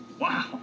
Wow